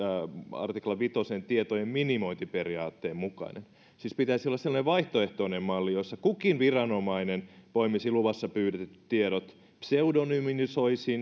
artiklan tietojen minimointiperiaatteen mukainen siis pitäisi olla semmoinen vaihtoehtoinen malli jossa kukin viranomainen poimisi luvassa pyydetyt tiedot pseudonymisoisi